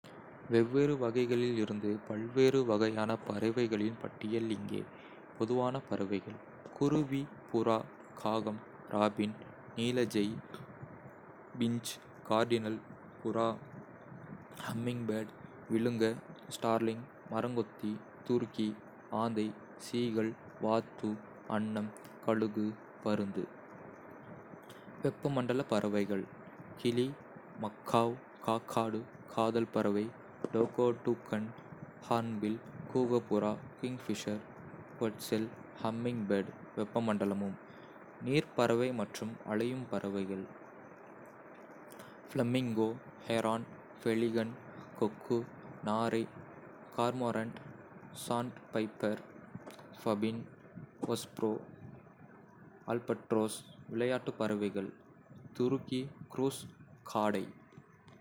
வெவ்வேறு வகைகளில் இருந்து பல்வேறு வகையான பறவைகளின் பட்டியல் இங்கே: பொதுவான பறவைகள் குருவி புறா காகம் ராபின் நீல ஜெய் பிஞ்ச் கார்டினல் புறா ஹம்மிங்பேர்ட் விழுங்க ஸ்டார்லிங் மரங்கொத்தி துருக்கி ஆந்தை சீகல் வாத்து அன்னம் கழுகு பருந்து வெப்பமண்டல பறவைகள் கிளி மக்காவ் காக்காடூ காதல் பறவை toco toucan hornbill kookaburra kingfisher quetzal hummingbird (வெப்பமண்டலமும்) நீர்ப்பறவை மற்றும் அலையும் பறவைகள் ஃபிளமிங்கோ ஹெரான் பெலிகன் கொக்கு நாரை cormorant sandpiper puffin osprey albatross விளையாட்டு பறவைகள் துருக்கி க்ரூஸ் காடை